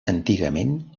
antigament